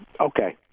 Okay